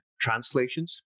translations